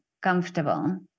comfortable